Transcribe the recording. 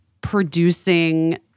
producing